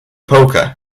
poker